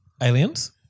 Aliens